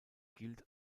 gilt